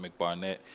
McBarnett